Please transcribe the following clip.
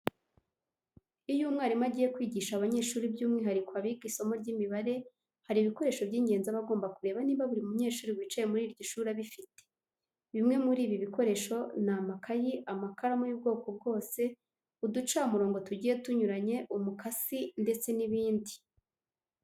Iyo umwarimu agiye kwigisha abanyeshuri by'umwihariko abiga isomo ry'imibare, hari ibikoresho by'ingenzi aba agomba kureba niba buri munyeshuri wicaye muri iryo shuri abifite. Bimwe muri ibi bikoresho ni amakayi, amakaramu y'ubwoko bwose, uducamurongo tugiye tunyuranye, umukasi ndetse n'ibindi.